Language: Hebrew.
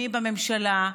מי בממשלה,